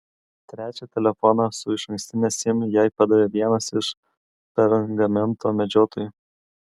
trečią telefoną su išankstine sim jai padavė vienas iš pergamento medžiotojų